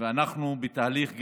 אנחנו בתהליך.